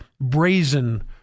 brazen